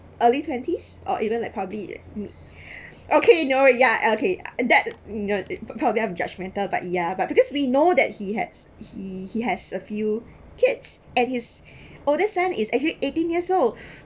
early twenties or even like probably mm okay no ya okay and that no I kind of that judgmental but yeah but because we know that he has he he has a few kids and his oldest son is actually eighteen years old